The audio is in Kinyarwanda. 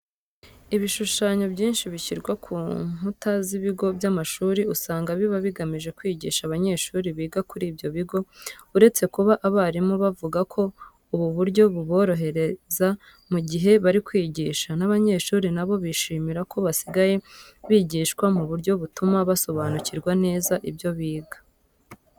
Ibishushanyo byinshi bishyirwa ku nkuta z'ibigo by'amashuri usanga biba bigamije kwigisha abanyeshuri biga kuri ibyo bigo. Uretse kuba abarimu bavuga ko ubu buryo buborohereza mu gihe bari kwigisha, n'abanyeshuri na bo bishimira ko basigaye bigishwa mu buryo butuma basobanukirwa neza ibyo biga.